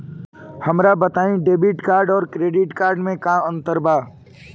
हमका बताई debit card और क्रेडिट कार्ड में का अंतर बा?